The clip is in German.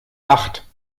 acht